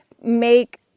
make